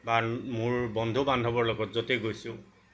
বা আৰু মোৰ বন্ধু বান্ধৱৰ লগত য'তে গৈছোঁ